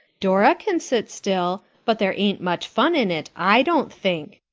dora can sit still. but there ain't much fun in it i don't think.